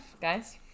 guys